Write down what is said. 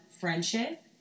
friendship